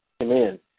Amen